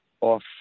Off